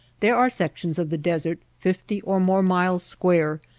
there are sections of the desert, fifty or more miles square,